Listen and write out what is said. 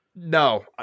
No